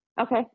Okay